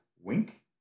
Wink